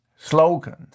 slogans